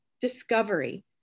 discovery